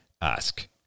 ask